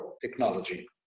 technology